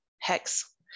hex